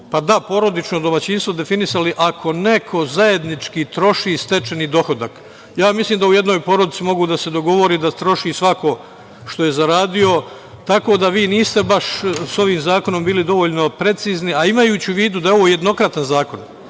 porodično domaćinstvo, odnosno - ako neko zajednički troši stečeni dohodak. Mislim da u jednoj porodici mogu da se dogovori da svako troši što je zaradio, tako da vi niste baš s ovim zakonom bili dovoljno precizni. Imajući u vidu, da je ovo jednokratan zakon,